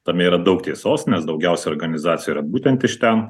tame yra daug tiesos nes daugiausia organizacijų yra būtent iš ten